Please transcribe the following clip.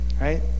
right